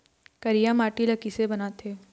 करिया माटी ला किसे बनाथे?